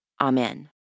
Amen